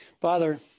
Father